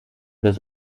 das